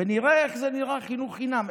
ונראה איך נראה חינוך חינם,